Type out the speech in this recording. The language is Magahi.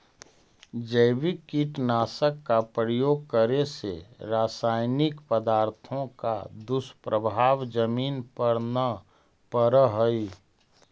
जैविक कीटनाशक का प्रयोग करे से रासायनिक पदार्थों का दुष्प्रभाव जमीन पर न पड़अ हई